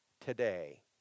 today